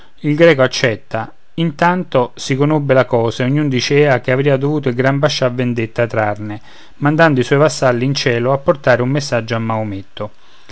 il greco accetta intanto si conobbe la cosa e ognuno dicea che avrìa dovuto il gran bascià vendetta trarne mandando i suoi vassalli in cielo a portare un messaggio a maometto